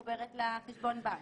שמחוברת לחשבון הבנק,